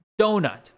donut